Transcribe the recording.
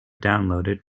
downloaded